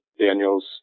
Daniels